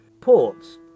Ports